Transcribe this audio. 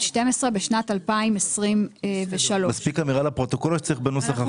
12 בשנת 2023. מספיק אמירה לפרוטוקול או שצריך בנוסח החוק?